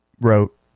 wrote